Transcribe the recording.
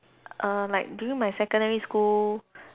err like during my secondary school